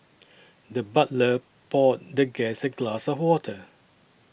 the butler poured the guest a glass of water